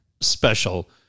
special